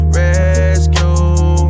rescue